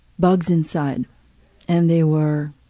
bugs inside and they were